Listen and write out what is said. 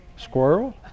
Squirrel